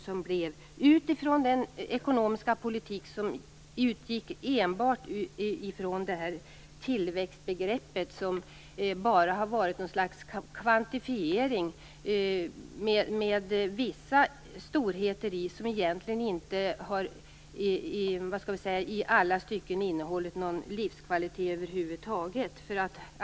Det var en ekonomisk politik som utgick enbart från tillväxtbegreppet, vilket bara har varit något slags kvantifiering med vissa storheter som egentligen inte i alla stycken har innehållit någon livskvalitet över huvud taget.